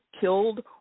killed